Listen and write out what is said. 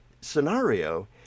scenario